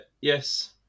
yes